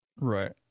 Right